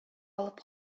алып